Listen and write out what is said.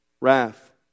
wrath